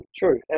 true